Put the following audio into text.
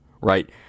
right